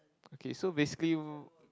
okay so basically you